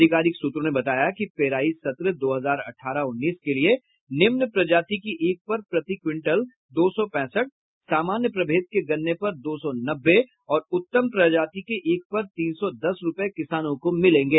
अधिकारिक सूत्रों ने बताया कि पेराई सत्र दो हजार अठारह उन्नीस के लिए निम्न प्रजाति की ईख पर प्रति क्विंटल दो सौ पैंसठ सामान्य प्रभेद के गन्ने पर दो सौ नब्बे और उत्तम प्रजाति के ईंख पर तीन सौ दस रूपये किसानों को मिलेंगे